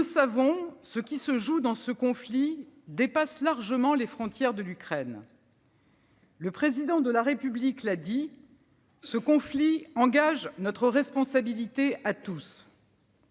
nous le savons, ce qui se joue dans ce conflit dépasse largement les frontières de l'Ukraine. Le Président de la République l'a dit : ce conflit engage notre responsabilité à tous.